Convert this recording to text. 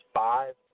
five